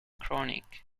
chronic